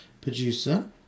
producer